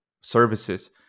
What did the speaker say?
services